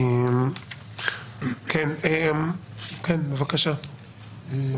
אמרתי כמה פעמים